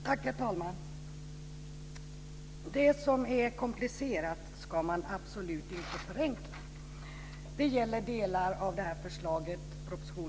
Herr talman! Det som är komplicerat ska man absolut inte förenkla.